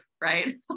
Right